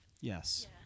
Yes